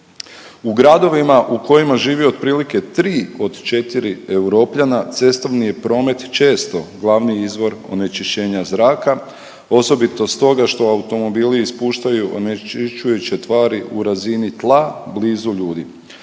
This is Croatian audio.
U gradovima u kojima živi otprilike tri od četiri Europljana cestovni je promet često glavni izvor onečišćenja zraka osobito stoga što automobili ispuštaju onečišćujuće tvari u razini tla blizu ljudi.